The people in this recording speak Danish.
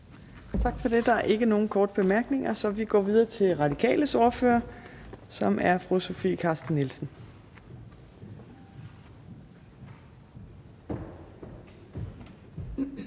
Tak for det. Der er ikke nogen korte bemærkninger, så vi går videre til Radikales ordfører, som er fru Sofie Carsten Nielsen.